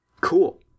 Cool